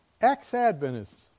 Ex-Adventists